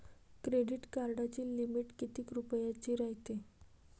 Credit कार्डाची limit कितीक रुपयाची रायते?